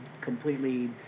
completely